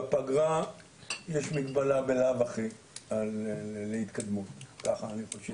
בפגרה יש מגבלה בלאו הכי להתקדמות, כך אני חושב.